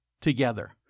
together